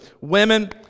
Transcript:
women